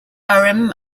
urim